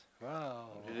wow